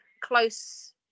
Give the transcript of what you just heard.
close